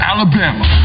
Alabama